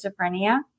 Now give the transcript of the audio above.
schizophrenia